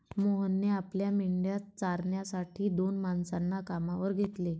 मोहनने आपल्या मेंढ्या चारण्यासाठी दोन माणसांना कामावर घेतले